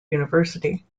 university